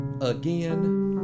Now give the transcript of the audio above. again